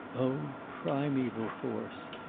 o primeval force!